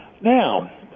Now